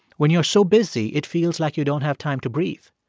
when you're so busy it feels like you don't have time to breathe?